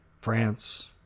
France